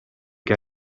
che